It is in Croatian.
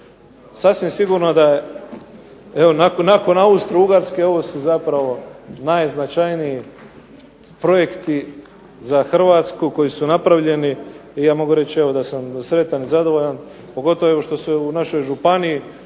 Sasvim sigurno da je, evo nakon Austro-Ugarske ovo su zapravo najznačajniji projekti za Hrvatsku koji su napravljeni i ja mogu reći evo da sam sretan i zadovoljan, pogotovo što se u našoj županiji